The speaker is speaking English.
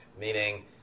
Meaning